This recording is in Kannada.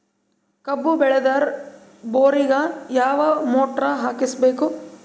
ಕಬ್ಬು ಬೇಳದರ್ ಬೋರಿಗ ಯಾವ ಮೋಟ್ರ ಹಾಕಿಸಬೇಕು?